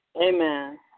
Amen